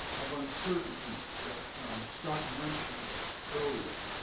of uncertainty that scott mentioned earlier.